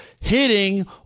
hitting